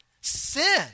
sin